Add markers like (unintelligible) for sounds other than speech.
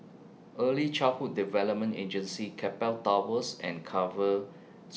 Early Childhood Development Agency Keppel Towers and Carver (unintelligible)